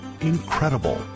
Incredible